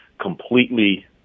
completely